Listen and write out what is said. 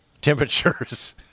temperatures